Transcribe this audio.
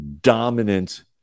dominant